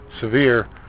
Severe